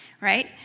right